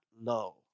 low